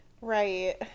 right